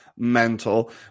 mental